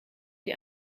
die